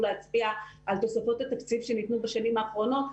להצביע על תוספות התקציב שניתנו בשנים האחרונות,